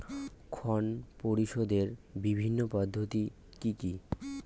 ঋণ পরিশোধের বিভিন্ন পদ্ধতি কি কি?